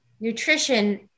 Nutrition